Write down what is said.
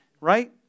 Right